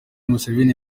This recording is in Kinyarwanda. museveni